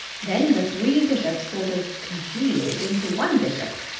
then the three bishops sort of congealed into one bishop,